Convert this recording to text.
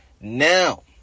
Now